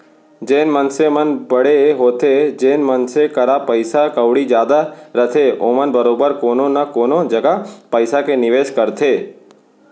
जेन मनसे मन बड़े होथे जेन मनसे करा पइसा कउड़ी जादा रथे ओमन बरोबर कोनो न कोनो जघा पइसा के निवेस करथे